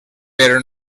però